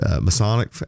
Masonic